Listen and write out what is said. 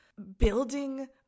Building